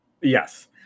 yes